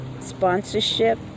sponsorship